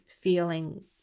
feeling